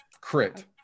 crit